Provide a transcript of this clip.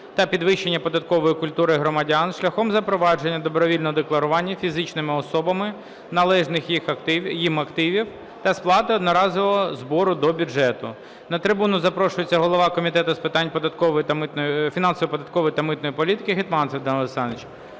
та підвищення податкової культури громадян шляхом запровадження добровільного декларування фізичними особами належних їм активів та сплати одноразового збору до бюджету. На трибуну запрошується голова Комітету з питань фінансової, податкової та митної політики Гетманцев Данило Олександрович.